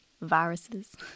Viruses